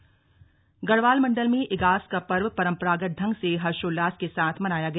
इगास पर्व गढ़वाल मंडल में इगास का पर्व परंपरागत ढंग से हर्षोल्लास के साथ मनाया गया